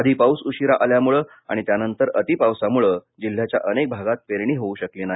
आधी पाऊस उशिरा आल्यामुळे आणि त्यानंतर अतिपावसामुळे जिल्ह्याच्या अनेक भागात पेरणी होऊ शकली नाही